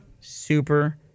super